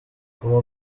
guma